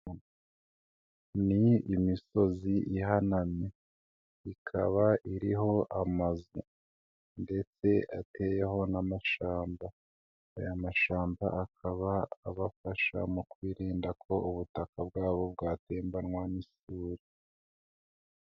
Ni imisozi ihanamye, ikaba iriho amazu ndetse ateyeho n'amashyamba, aya mashyamba akaba abafasha mu kwirinda ko ubutaka bwabo bwatembanwa n'isuri.